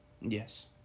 Yes